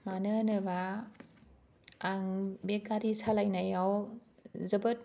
मानो होनोबा आं बे गारि सालायनायाव जोबोद